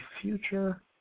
future